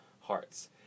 hearts